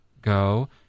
Go